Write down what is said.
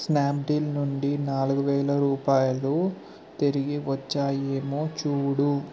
Snapdeal నుండి నాలుగు వేల రూపాయలు తిరిగి వచ్చాయేమో చూడు